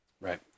Right